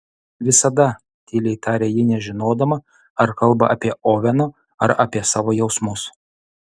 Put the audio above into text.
visada tyliai tarė ji nežinodama ar kalba apie oveno ar apie savo jausmus